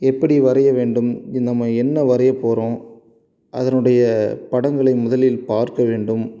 எப்படி வரைய வேண்டும் நம்ம என்ன வரையப்போகிறோம் அதனுடைய படங்களை முதலில் பார்க்க வேண்டும்